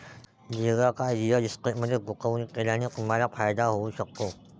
दीर्घकाळ रिअल इस्टेटमध्ये गुंतवणूक केल्याने तुम्हाला फायदा होऊ शकतो